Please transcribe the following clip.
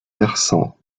versant